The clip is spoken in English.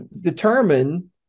determine